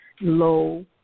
low